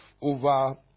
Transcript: over